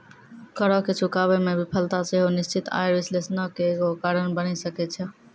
करो के चुकाबै मे विफलता सेहो निश्चित आय विश्लेषणो के एगो कारण बनि सकै छै